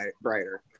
brighter